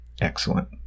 Excellent